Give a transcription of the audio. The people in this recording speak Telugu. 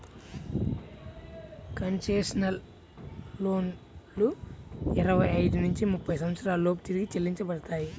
కన్సెషనల్ లోన్లు ఇరవై ఐదు నుంచి ముప్పై సంవత్సరాల లోపు తిరిగి చెల్లించబడతాయి